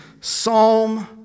Psalm